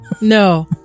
No